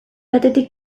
batetik